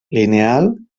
lineal